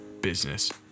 business